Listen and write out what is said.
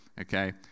okay